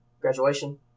Graduation